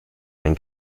einen